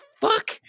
fuck